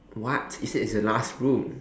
what is you said it's the last room